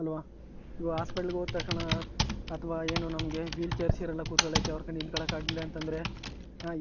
ಅಲ್ವ ಈಗ ಆಸ್ಪೆಟ್ಲಿಗೆ ಹೋದ ತಕ್ಷಣ ಅಥವಾ ಏನೂ ನಮಗೆ ವ್ಹೀಲ್ ಚೇರ್ಸಿರೋಲ್ಲ ಕೂತ್ಕೊಳ್ಳೋಕ್ಕೆ ಅವ್ರಿಗೆ ನಿಂತ್ಕೊಳ್ಳೋಕ್ಕಾಗ್ಲಿಲ್ಲ ಅಂತ ಅಂದ್ರೆ